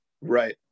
right